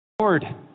Lord